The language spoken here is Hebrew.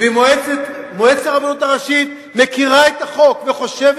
ומועצת הרבנות הראשית מכירה את החוק וחושבת